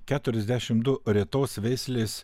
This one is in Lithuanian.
keturiasdešim du retos veislės